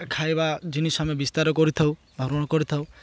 ଖାଇବା ଜିନିଷ ଆମେ ବିସ୍ତାର କରିଥାଉ ଭାବଣ କରିଥାଉ